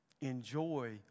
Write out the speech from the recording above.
Enjoy